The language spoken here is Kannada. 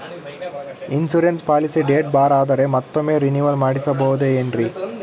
ಇನ್ಸೂರೆನ್ಸ್ ಪಾಲಿಸಿ ಡೇಟ್ ಬಾರ್ ಆದರೆ ಮತ್ತೊಮ್ಮೆ ರಿನಿವಲ್ ಮಾಡಿಸಬಹುದೇ ಏನ್ರಿ?